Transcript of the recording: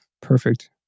perfect